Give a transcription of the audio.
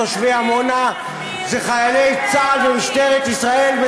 תושבי עמונה אלה חיילי צה"ל ומשטרת ישראל,